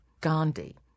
Gandhi